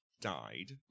died